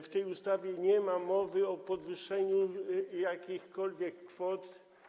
W tej ustawie nie ma mowy o podwyższeniu jakichkolwiek kwot.